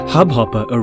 Hubhopper